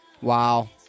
Wow